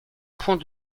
point